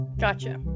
Gotcha